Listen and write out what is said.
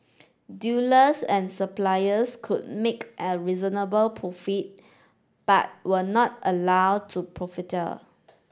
dealers and suppliers could make a reasonable profit but were not allowed to profiteer